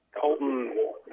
Colton